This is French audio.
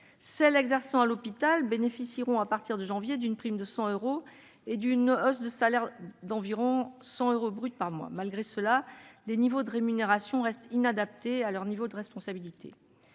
Celles exerçant à l'hôpital bénéficieront à partir de janvier d'une prime de 100 euros et d'une hausse de salaire d'environ 100 euros brut par mois. Malgré cela, les niveaux de rémunération restent inadaptés à leur niveau de responsabilités.